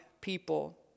people